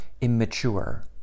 immature